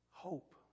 hope